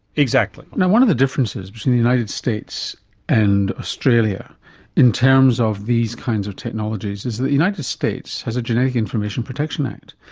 exactly. now, one of the differences between the united states and australia in terms of these kinds of technologies is that the united states has a genetic information protection act,